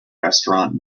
restaurant